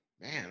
Man